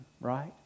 right